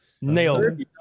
Nailed